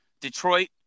Detroit